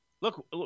Look